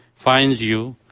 finds you,